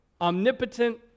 omnipotent